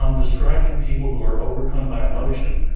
um describing people who are overcome by emotion,